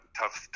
tough